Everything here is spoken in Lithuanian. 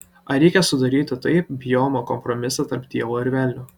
ar reikia sudaryti taip bijomą kompromisą tarp dievo ir velnio